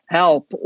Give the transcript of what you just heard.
help